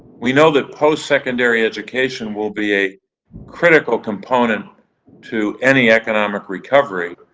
we know that postsecondary education will be a critical component to any economic recovery.